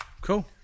Cool